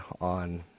on